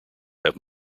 have